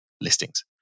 listings